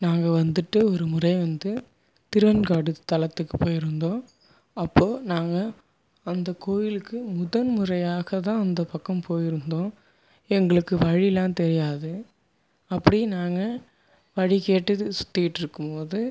நாங்கள் வந்துவிட்டு ஒருமுறை வந்து திருவெண்காடு தலத்துக்கு போய்ருந்தோம் அப்போது நாங்கள் அந்த கோவிலுக்கு முதன் முறையாக தான் அந்த பக்கம் போய்ருந்தோம் எங்களுக்கு வழிலாம் தெரியாது அப்படியே நாங்கள் வழி கேட்டு சுத்திட்டுருக்கும் போது